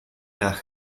nach